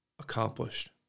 accomplished